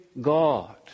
God